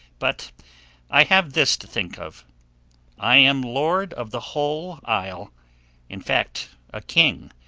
but i have this to think of i am lord of the whole isle in fact, a king.